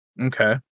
Okay